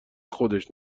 خودش